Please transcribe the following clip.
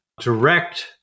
direct